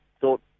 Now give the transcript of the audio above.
thought